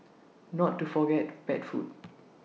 not to forget pet food